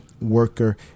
worker